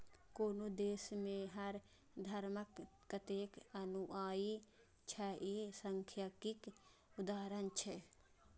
कोनो देश मे हर धर्मक कतेक अनुयायी छै, ई सांख्यिकीक उदाहरण छियै